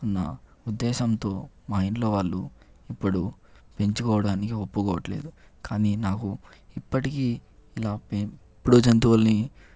నా ఉద్దేశంతో మా ఇంట్లో వాళ్ళు ఇప్పుడు పెంచుకోవడానికి ఒప్పుకోవటం లేదు కానీ నాకు ఇప్పటికీ ఇలా పెంపుడు జంతువులని